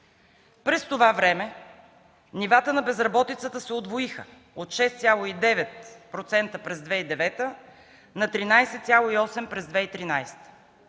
През това време нивата на безработицата се удвоиха – от 6,9% през 2009 г. на 13,8 през 2013